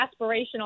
aspirational